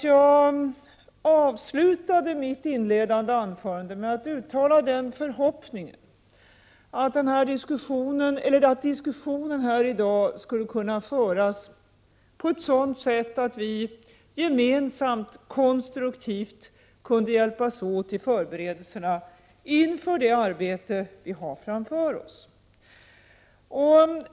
Jag avslutade mitt inledande anförande med att uttala förhoppningen att diskussionen här i dag skulle kunna föras på ett sådant sätt att vi konstruktivt kunde hjälpas åt i förberedelserna för det arbete vi har framför oss.